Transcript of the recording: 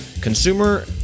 consumer